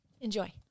Enjoy